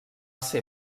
ser